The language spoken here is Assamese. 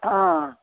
অ'